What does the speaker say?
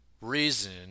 reason